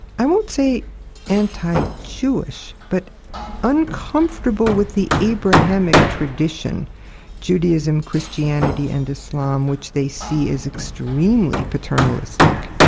i won't say anti-jewish, but uncomfortable with the abrahamic tradition judaism, christianity and islam which they see as extremely paternalistic.